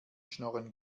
schnorren